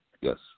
yes